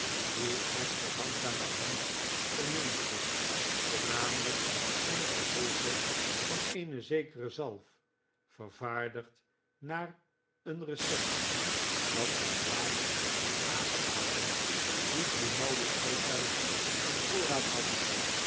pijn dieechter langzamerhand verminderde voornamelijk ten gevolge van eene zekere zalf vervaardigd naar een recept dat zijn vader had nagelaten die grimaldi altijd in voorraad had